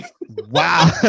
Wow